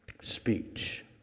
Speech